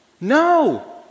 No